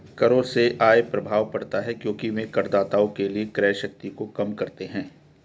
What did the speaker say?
करों से आय प्रभाव पड़ता है क्योंकि वे करदाताओं के लिए क्रय शक्ति को कम करते हैं